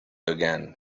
again